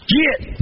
Get